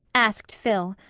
asked phil,